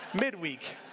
midweek